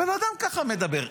הבן אדם מדבר ככה.